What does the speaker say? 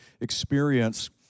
experience